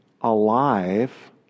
alive